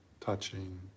touching